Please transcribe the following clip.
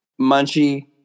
Munchie